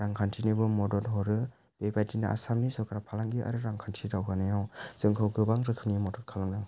रांखान्थिनिबो मदद हरो बेबायदिनो आसामनि सरकार फालांगि आरो रांखान्थि दावगानायाव जोंखौ गोबां रोखोमनि मदद खालामदों